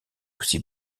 aussi